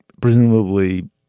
presumably